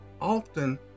often